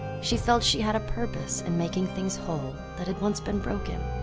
she felt she had a purpose in making things whole that had once been broken.